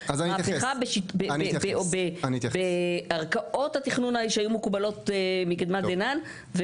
מהפכה בערכאות התכנון שהיו מקובלות מקדמה דינן,